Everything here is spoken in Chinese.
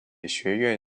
学院